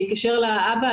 יתקשר לאבא,